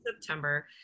September